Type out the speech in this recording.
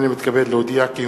הנני מתכבד להודיעכם,